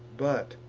but,